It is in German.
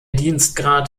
dienstgrad